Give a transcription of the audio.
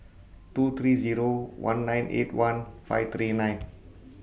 two three Zero one nine eight one five three nine